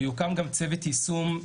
יוקם גם צוות יישום.